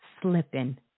slipping